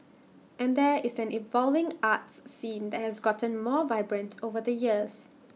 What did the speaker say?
and there is an evolving arts scene that has gotten more vibrant over the years